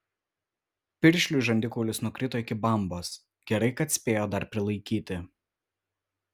piršliui žandikaulis nukrito iki bambos gerai kad spėjo dar prilaikyti